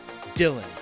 Dylan